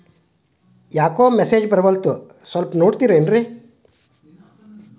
ಯಾಕೊ ಮೆಸೇಜ್ ಬರ್ವಲ್ತು ಸ್ವಲ್ಪ ನೋಡ್ತಿರೇನ್ರಿ?